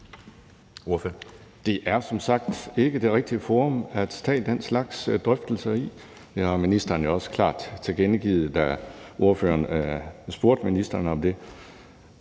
Det er som sagt ikke det rigtige forum at tage den slags drøftelser i. Det har ministeren jo også klart tilkendegivet, da ordføreren spurgte ministeren om det.